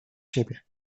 siebie